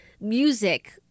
music